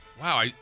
wow